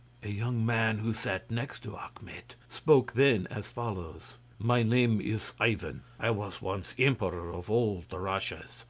a young man who sat next to achmet, spoke then as follows my name is ivan. i was once emperor of all the russias,